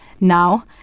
Now